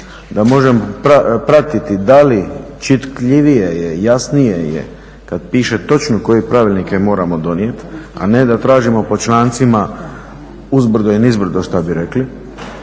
da možemo pratiti da li čitljivije je, jasnije je kad piše točno koje pravilnike moramo donijeti, a ne da tražimo po člancima uzbrdo i nizbrdo što bi rekli,